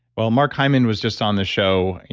well, mark hyman was just on the show.